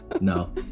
No